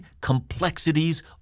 complexities